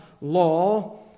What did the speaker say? law